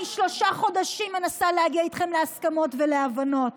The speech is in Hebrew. אני שלושה חודשים מנסה להגיע איתכם להסכמות ולהבנות,